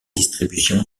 distributions